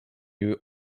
new